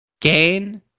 Gain